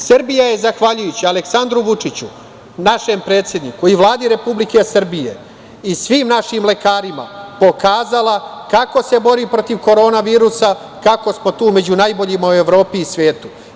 Srbija je zahvaljujući Aleksandru Vučiću, našem predsedniku i Vladi Republike Srbije i svim našim lekarima, pokazala kako se bori protiv korona virusa, kako smo tu među najboljima u Evropi i svetu.